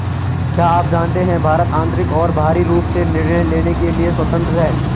क्या आप जानते है भारत आन्तरिक और बाहरी रूप से निर्णय लेने के लिए स्वतन्त्र है?